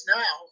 now